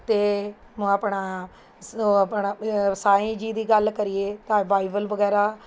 ਅਤੇ ਮ ਆਪਣਾ ਆਪਣਾ ਸਾਈਂ ਜੀ ਦੀ ਗੱਲ ਕਰੀਏ ਤਾਂ ਬਾਈਬਲ ਵਗੈਰਾ